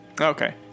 Okay